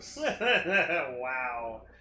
Wow